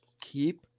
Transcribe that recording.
keep